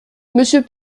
monsieur